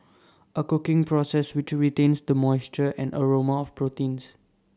A cooking process which retains the moisture and aroma of proteins